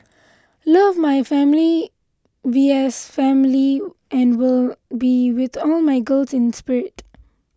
love my family V S family and will be with all my girls in spirit